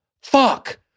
fuck